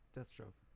Deathstroke